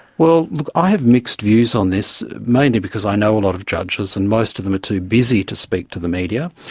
like i have mixed views on this, mainly because i know a lot of judges and most of them are too busy to speak to the media.